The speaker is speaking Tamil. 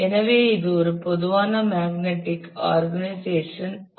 எனவே இது ஒரு பொதுவான மேக்னடிக் ஆர்கனைசேஷன் ஆகும்